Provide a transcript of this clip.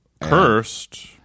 Cursed